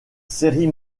série